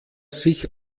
sich